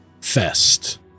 fest